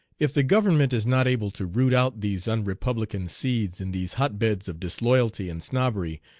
if the government is not able to root out these unrepublican seeds in these hot-beds of disloyalty and snobbery,